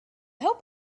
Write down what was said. hope